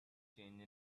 change